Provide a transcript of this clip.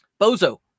Bozo